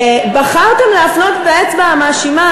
בחרתן להפנות את האצבע המאשימה,